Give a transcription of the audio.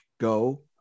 go